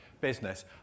business